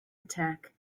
attack